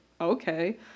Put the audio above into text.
okay